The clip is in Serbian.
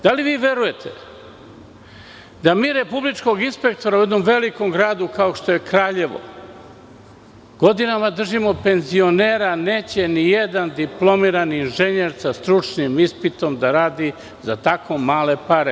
Da li vi verujete da mi za republičkog inspektora u jednom velikom gradu kao što je Kraljevo godinama imamo penzionera, jer neće nijedan diplomirani inženjer sa stručnim ispitom da radi za tako male pare.